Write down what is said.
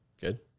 Good